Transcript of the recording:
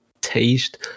taste